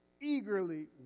eagerly